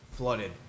Flooded